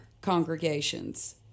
congregations